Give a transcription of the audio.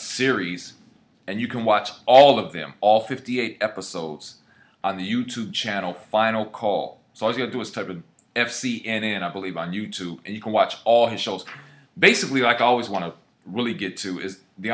series and you can watch all of them all fifty eight episodes on the you tube channel final call so i'm going to do is type of f c n n i believe on you tube and you can watch all his shows basically like always want to really get to is the